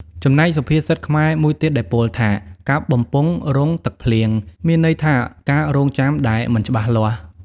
ចំណែកសុភាសិតខ្មែរមួយទៀតដែលពោលថា" កាប់បំពង់រង់ទឹកភ្លៀង"មានន័យថាការរង់ចាំដែលមិនច្បាស់លាស់ ។